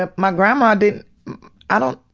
ah my grandma didn't i don't,